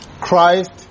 Christ